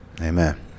amen